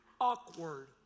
awkward